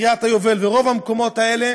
וקריית היובל ורוב המקומות האלה,